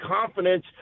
confidence